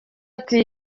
ati